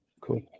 Cool